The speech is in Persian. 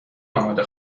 آماده